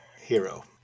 Hero